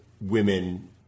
women